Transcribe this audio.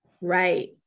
Right